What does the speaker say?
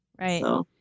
Right